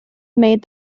made